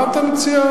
מה אתה מציע?